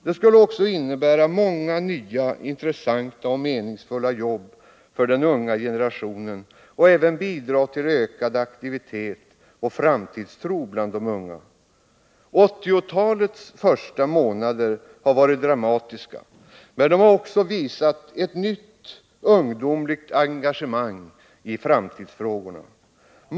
Det skulle också innebära många nya intressanta och meningsfulla jobb för den unga generationen och även bidra till ökad aktivitet och framtidstro bland de unga. Åttiotalets första månader har varit dramatiska, men de har också visat ett nytt ungdomligt engagemang i framtidsfrågorna.